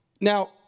now